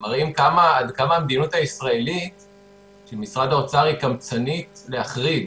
מראים עד כמה המדיניות הישראלית של משרד האוצר קמצנית להחריד.